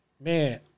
man